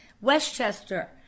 Westchester